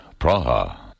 Praha